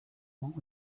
monk